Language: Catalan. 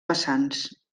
vessants